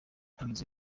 hagize